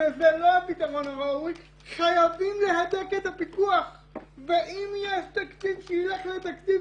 שזה לא הפתרון הראוי חייבים להדק את הפיקוח ואם יש תקציב שילך לתקציב